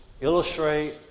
illustrate